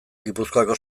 gipuzkoako